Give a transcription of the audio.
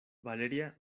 valeria